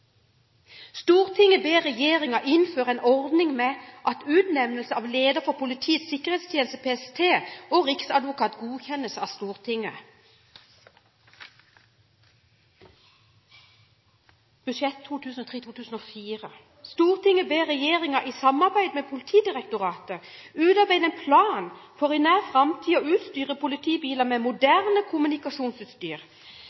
ber Regjeringen innføre en ordning med at utnevnelse av leder for Politiets sikkerhetstjeneste og riksadvokat godkjennes av Stortinget.» I Budsjett-innst. S. nr. 4 for 2003–2004: «Stortinget ber Regjeringen i samarbeid med Politidirektoratet utarbeide en plan for i nær framtid å utstyre politibilene med